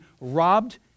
robbed